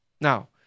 Now